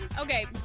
Okay